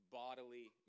bodily